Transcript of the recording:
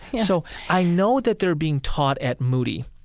so i know that they're being taught at moody.